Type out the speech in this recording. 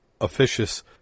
officious